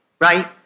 right